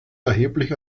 erheblich